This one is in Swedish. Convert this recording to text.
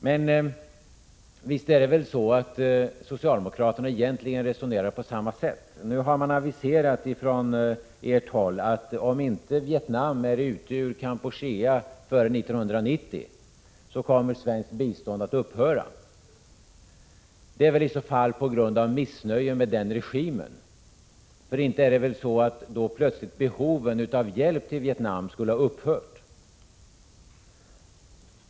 Men visst är det väl så, att socialdemokraterna egentligen resonerar på samma sätt. Nu har man från socialdemokratiskt håll aviserat, att om inte Vietnam är ute ur Kampuchea före 1990, kommer svenskt bistånd att upphöra. Det är väl i så fall på grund av missnöje med den regimen. Inte är det väl så att behovet av hjälp i Vietnam då plötsligt skulle ha upphört?